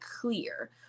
clear